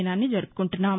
దినాన్ని జరుపుకుంటున్నాం